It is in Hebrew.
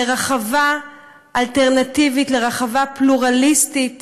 לרחבה אלטרנטיבית, לרחבה פלורליסטית